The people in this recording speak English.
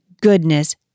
goodness